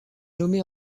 nommée